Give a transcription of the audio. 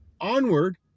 onward